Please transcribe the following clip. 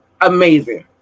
Amazing